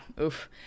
Oof